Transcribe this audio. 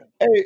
Hey